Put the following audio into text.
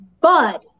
bud